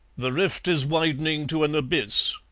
the rift is widening to an abyss,